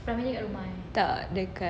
tak dia kat